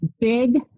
big